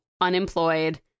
unemployed